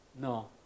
no